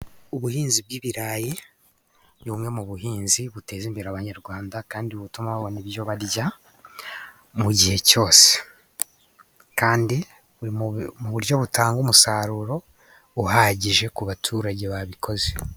Ubuhinzi bw'ibirayi ni bumwe mu buhinzi buteza imbere abanyarwanda, kandi butuma babona ibyo barya mu gihe cyose. Kandi buri mu buryo butanga umusaruro uhagije ku baturage babukoze.